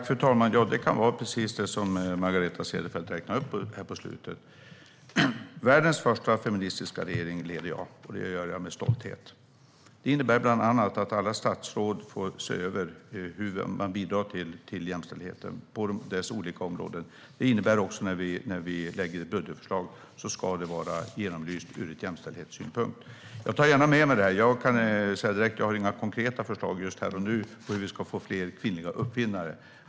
Fru talman! Ja, och det kan vara precis det som Margareta Cederfelt räknade upp på slutet. Jag leder världens första feministiska regering, och det gör jag med stolthet. Det innebär bland annat att alla statsråd får se över hur de bidrar till jämställdheten på deras olika områden. Det innebär också att våra budgetförslag ska vara genomlysta ur jämställdhetssynpunkt. Jag tar gärna med mig det här. Jag har inga konkreta förslag just här och nu på hur vi ska få fler kvinnliga uppfinnare.